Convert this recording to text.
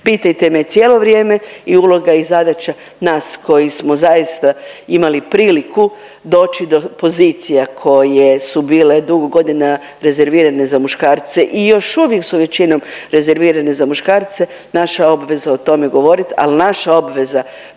pitajte me cijelo vrijeme. I uloga i zadaća nas koji smo zaista imali priliku doći do pozicija koje su bile dugo godina rezervirane za muškarce i još uvijek su većinom rezervirane za muškarce naša je obveza o tome govoriti, ali naša obveza